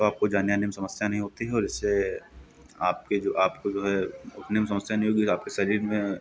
तो आपको जाने आने में समस्या नहीं होती है तो इससे आपके जो आपको जो है उठने में समस्या नहीं होगी और आपके शरीर में